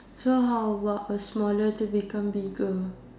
so how about a smaller to become bigger